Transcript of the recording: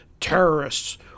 terrorists